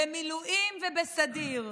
במילואים ובסדיר.